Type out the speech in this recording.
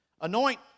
anoint